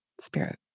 spirit